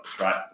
right